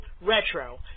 Retro